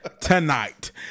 tonight